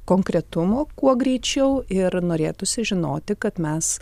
konkretumo kuo greičiau ir norėtųsi žinoti kad mes